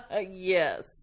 Yes